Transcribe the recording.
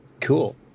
Cool